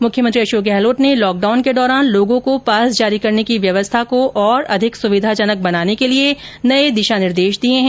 मुख्यमंत्री अशोक गहलोत ने लॉकडाउन के दौरान लोगों को पास जारी करने की व्यवस्था को और अधिक सुविधाजनक बनाने के लिए नये दिशा निर्देश दिए है